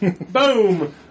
Boom